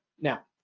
Now